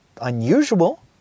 unusual